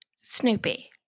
Snoopy